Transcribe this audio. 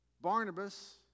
Barnabas